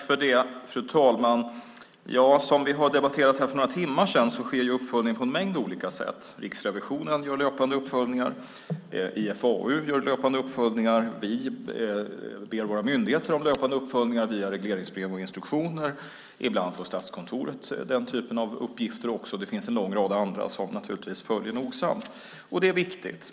Fru talman! Som jag sade här för några timmar sedan sker det en uppföljning på en mängd olika sätt. Riksrevisionen gör löpande uppföljningar, IFAU gör löpande uppföljningar, en del av våra myndigheter gör löpande uppföljningar via regleringsbrev och instruktioner. Ibland får också Statskontoret den typen av uppgifter. Det finns naturligtvis en lång rad andra som följer upp detta nogsamt, och det är viktigt.